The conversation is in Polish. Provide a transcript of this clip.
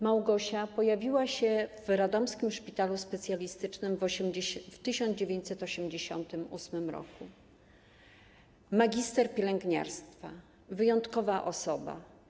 Małgosia pojawiła się w Radomskim Szpitalu Specjalistycznym w 1988 r. Magister pielęgniarstwa, wyjątkowa osoba.